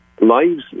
lives